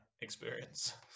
experience